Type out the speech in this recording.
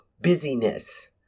busyness